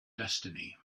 destiny